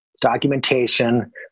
documentation